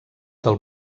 del